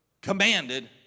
commanded